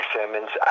Simmons